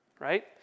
right